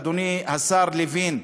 אדוני השר לוין,